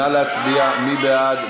מי בעד?